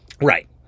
right